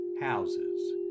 houses